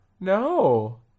No